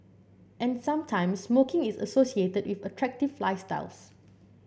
and sometimes smoking is associated with attractive lifestyles